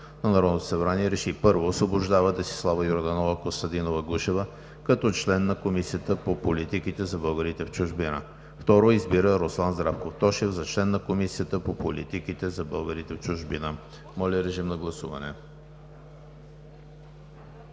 на Народното събрание РЕШИ: 1. Освобождава Десислава Йорданова Костадинова-Гушева като член на Комисията по политиките за българите в чужбина. 2. Избира Руслан Здравков Тошев за член на Комисията по политиките за българите в чужбина.“ Моля, режим на гласуване.